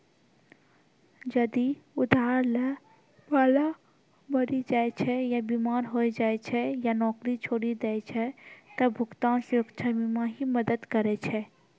जदि उधार लै बाला मरि जाय छै या बीमार होय जाय छै या नौकरी छोड़ि दै छै त भुगतान सुरक्षा बीमा ही मदद करै छै